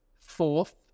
fourth